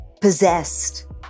possessed